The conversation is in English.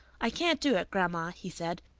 i can't do it, grandma, he said.